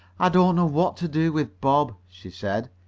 i don't know what to do with bob, she said.